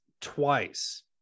twice